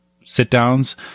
sit-downs